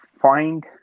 find